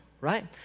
right